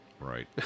Right